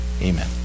amen